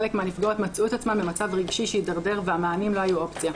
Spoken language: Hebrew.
חלק מהנפגעות מצאו את עצמן במצב רגשי שהידרדר והמענים לא היו אופציה.